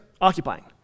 occupying